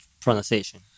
pronunciation